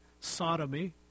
sodomy